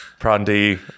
Prandi